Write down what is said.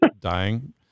dying